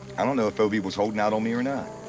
i don't know if obie was holding out on me or not.